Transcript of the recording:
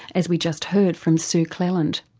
as we just heard from sue cleland.